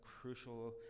crucial